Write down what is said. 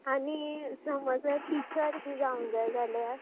आनी समज जर टिचर बी जावूंक जाय जाल्यार